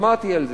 שמעתי על זה.